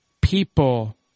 people